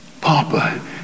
Papa